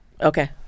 Okay